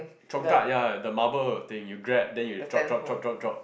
congkak ya the marble thing you grab then you drop drop drop drop drop